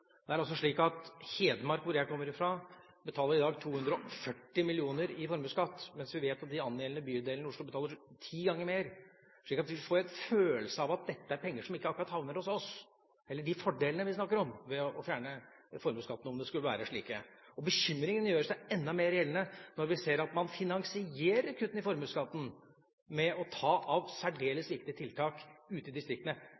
Hedmark, hvor jeg kommer fra, betaler i dag 240 mill. kr i formuesskatt, mens vi vet at de angjeldende bydelene i Oslo betaler ti ganger mer. Slik får vi en følelse av at dette er penger som – eller de fordelene ved å fjerne formuesskatten som vi snakker om, om det skulle være slike – ikke akkurat havner hos oss. Bekymringa gjør seg enda mer gjeldende når vi ser at man finansierer kuttene i formuesskatten ved å ta av